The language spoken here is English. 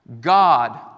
God